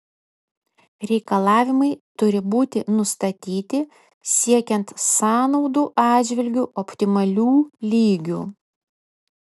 reikalavimai turi būti nustatyti siekiant sąnaudų atžvilgiu optimalių lygių